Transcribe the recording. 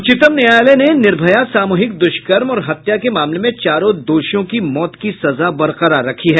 उच्चतम न्यायालय ने निर्भया सामूहिक दुष्कर्म और हत्या के मामले में चारों दोषियों की मौत की सजा बरकरार रखी है